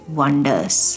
wonders